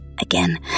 again